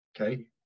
Okay